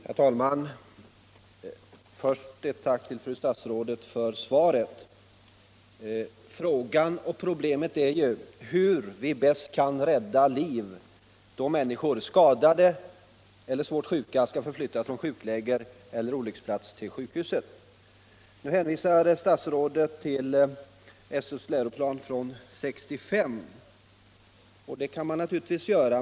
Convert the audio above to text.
Herr talman! Först ett tack till fru statsrådet för svaret. Vad frågan gäller är hur vi bäst skall kunna rädda liv på människor, 65 skadade eller svårt sjuka, som skall förflyttas från sjukläger eller en olycksplats till sjukhus. Statsrådet hänvisar till SÖ:s läroplan från 1965, och det kan man naturligtvis göra.